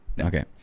Okay